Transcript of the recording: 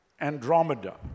Andromeda